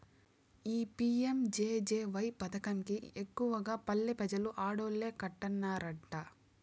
ఈ పి.యం.జె.జె.వై పదకం కి ఎక్కువగా పల్లె పెజలు ఆడోల్లే కట్టన్నారట